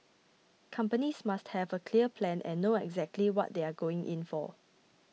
companies must have a clear plan and know exactly what they are going in for